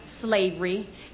slavery